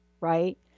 right